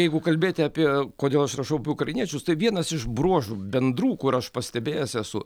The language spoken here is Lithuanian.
jeigu kalbėti apie kodėl aš rašau apie ukrainiečius tai vienas iš bruožų bendrų kur aš pastebėjęs esu